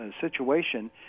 situation